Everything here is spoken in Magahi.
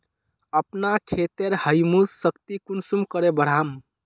अपना खेतेर ह्यूमस शक्ति कुंसम करे बढ़ाम?